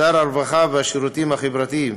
שר הרווחה והשירותים החברתיים